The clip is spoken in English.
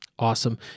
Awesome